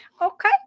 okay